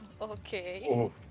Okay